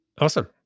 awesome